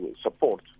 support